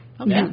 Okay